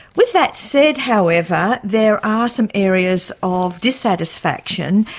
with that said, however, there are some areas of dissatisfaction,